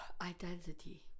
Identity